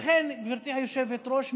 לכן גברתי היושבת-ראש,